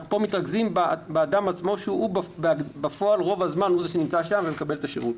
פה אנחנו מתרכזים באדם שנמצא שם בפועל רוב הזמן ומקבל את השירות.